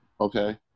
okay